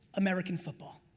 american football,